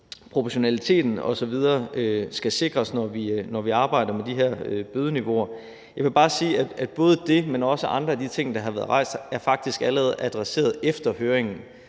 proportionaliteten osv. skal sikres, når vi arbejder med de her bødeniveauer. Jeg vil bare sige, at både det, men også andre af de ting, der er blevet rejst, faktisk allerede blev adresseret efter høringen